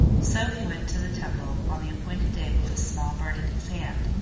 so he went to the temple on the appointed day with a small bird in his hand,